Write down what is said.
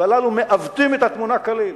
והללו מעוותים את התמונה כליל.